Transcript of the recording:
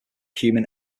human